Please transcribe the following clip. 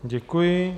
Děkuji.